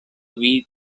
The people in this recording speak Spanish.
vid